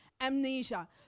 amnesia